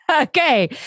Okay